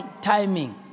timing